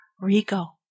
Rico